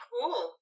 Cool